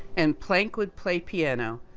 and, planck would play piano,